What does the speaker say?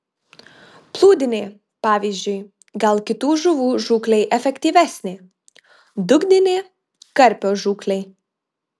plūdinė pavyzdžiui gal kitų žuvų žūklei efektyvesnė dugninė karpio žūklei